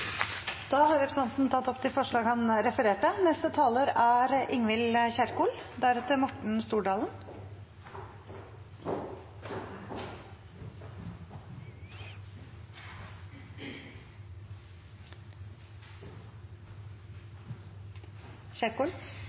Da har representanten Helge André Njåstad tatt opp det forslaget han refererte til. Det er